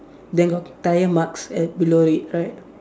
then got tyre marks at below it right